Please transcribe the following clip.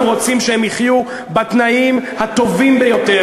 אנחנו רוצים שהם יחיו בתנאים הטובים ביותר,